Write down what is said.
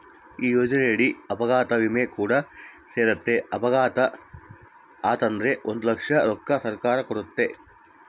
ಈ ಯೋಜನೆಯಡಿ ಅಪಘಾತ ವಿಮೆ ಕೂಡ ಸೇರೆತೆ, ಅಪಘಾತೆ ಆತಂದ್ರ ಒಂದು ಲಕ್ಷ ರೊಕ್ಕನ ಸರ್ಕಾರ ಕೊಡ್ತತೆ